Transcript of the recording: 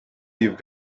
you’ve